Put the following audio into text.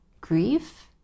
grief